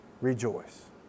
rejoice